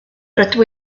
rydw